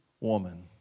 woman